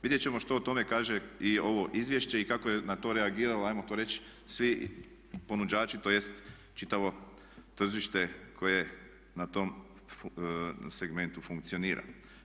Vidjet ćemo što o tome kaže i ovo izvješće i kako je na to reagirala hajmo to reći svi ponuđači, tj. čitavo tržište koje na tom segmentu funkcionira.